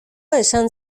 esan